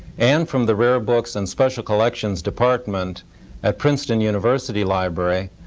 and from the rare books and special collections department at princeton university library,